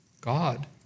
God